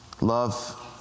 love